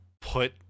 Put